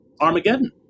Armageddon